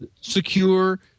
secure